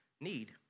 need